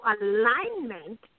alignment